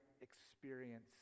experience